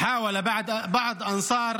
חברת הכנסת